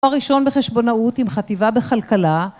תואר ראשון בחשבונאות עם חטיבה בכלכלה